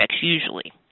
usually